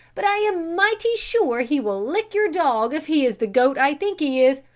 but i am mighty sure he will lick your dog if he is the goat i think he is,